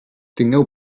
tingueu